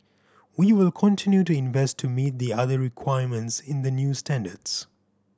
we will continue to invest to meet the other requirements in the new standards